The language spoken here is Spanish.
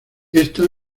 ésta